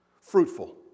Fruitful